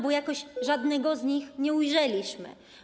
Bo jakoś żadnego z nim nie ujrzeliśmy.